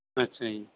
ਅੱਛਾ ਜੀ